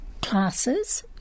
classes